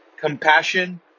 Compassion